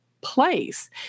place